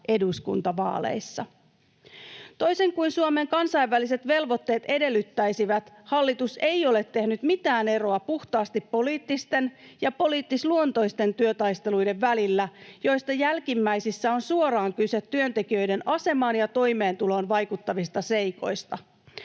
eduskuntavaaleissa. Toisin kuin Suomen kansainväliset velvoitteet edellyttäisivät, hallitus ei ole tehnyt mitään eroa puhtaasti poliittisten ja poliittisluontoisten työtaisteluiden välillä, joista jälkimmäisissä on suoraan kyse työntekijöiden asemaan ja toimeentuloon vaikuttavista seikoista.